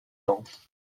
dense